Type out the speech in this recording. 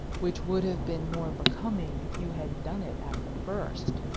which would have been more becoming if you had done it at the first,